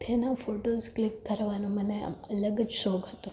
તેનાં photos click કરવાનો મને આમ અલગ જ શોખ હતો